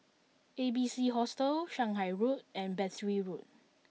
A B C Hostel Shanghai Road and Battery Road